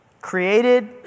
created